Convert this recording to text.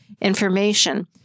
information